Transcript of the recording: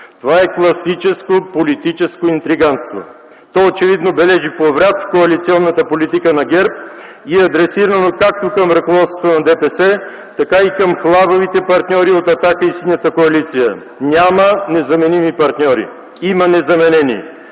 Това е класическо политическо интригантство! То очевидно бележи поврат в коалиционната политика на ГЕРБ и е адресирано както към ръководството на ДПС, така и към „хлабавите” партньори от „Атака” и Синята коалиция. Няма незаменими партньори! Има незаменени!